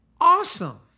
Awesome